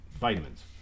vitamins